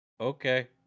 okay